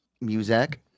music